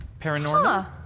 paranormal